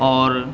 اور